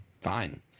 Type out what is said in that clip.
Fine